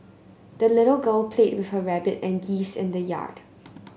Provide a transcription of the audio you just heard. the little girl played with her rabbit and geese in the yard